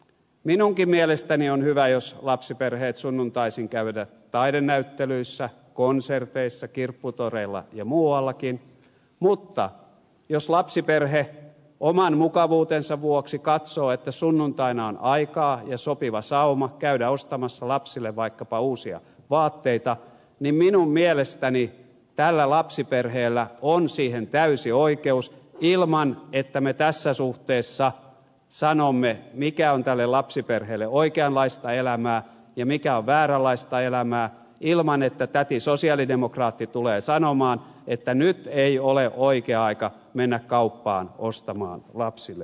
minunkin mielestäni on hyvä jos lapsiperheet sunnuntaisin käyvät taidenäyttelyissä konserteissa kirpputoreilla ja muuallakin mutta jos lapsiperhe oman mukavuutensa vuoksi katsoo että sunnuntaina on aikaa ja sopiva sauma käydä ostamassa lapsille vaikkapa uusia vaatteita niin minun mielestäni tällä lapsiperheellä on siihen täysi oikeus ilman että me tässä suhteessa sanomme mikä on tälle lapsiperheelle oikeanlaista elämää ja mikä on vääränlaista elämää ilman että täti sosialidemokraatti tulee sanomaan että nyt ei ole oikea aika mennä kauppaan ostamaan lapsille vaatteita